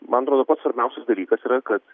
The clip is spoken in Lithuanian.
man atrodo pats svarbiausias dalykas yra kad